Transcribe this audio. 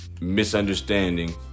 misunderstanding